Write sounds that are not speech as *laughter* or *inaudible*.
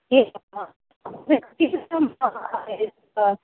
एवं वा *unintelligible*